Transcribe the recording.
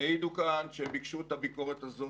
אנשים העידו כאן שהם ביקשו את הביקורת הזאת